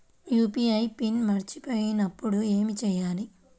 UPI PIN మరచిపోయినప్పుడు ఏమి చేయాలి?